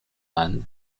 man